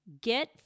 get